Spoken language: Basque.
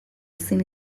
ezin